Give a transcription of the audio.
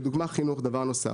לדוגמה חינוך, דבר נוסף.